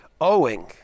Owing